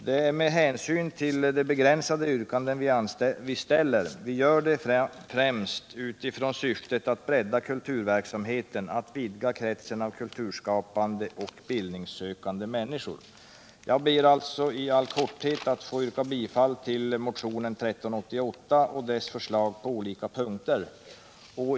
Det är med hänsyn till de begränsade yrkandena vi ställer våra förslag. Vi gör det främst utifrån syftet att bredda kulturverksamheten, att vidga kretsen av kulturskapande och bildningssökande människor. Jag ber alltså i all korthet att få yrka bifall till motionen 1388 och dess förslag på olika punkter.